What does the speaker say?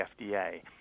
FDA